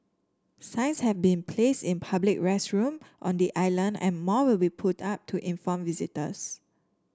signs have been place in public restroom on the island and more will be put up to inform visitors